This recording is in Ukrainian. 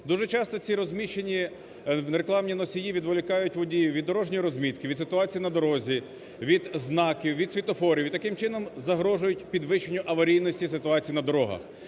Дуже часто ці розміщені рекламні носії відволікають водіїв від дорожньої розмітки, від ситуації на дорозі, від знаків, від світлофорів, і таким чином загрожують підвищенню аварійності ситуації на дорогах.